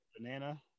Banana